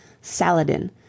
Saladin